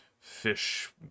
fish